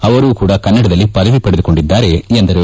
ಅವರೂ ಕೂಡ ಕನ್ನಡದಲ್ಲಿ ಪದವಿ ಪಡೆದುಕೊಂಡಿದ್ದಾರೆ ಎಂದರು